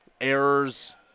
errors